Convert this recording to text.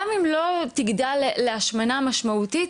גם אם היא לא תגדל לתוך השמנה מאוד משמעותית